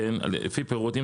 כן, לפי פירוט.